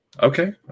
Okay